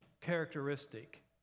characteristic